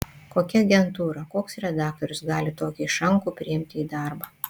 kokia agentūra koks redaktorius gali tokį išrankų priimti į darbą